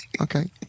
Okay